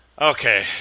Okay